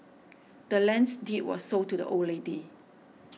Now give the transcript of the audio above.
the land's deed was sold to the old lady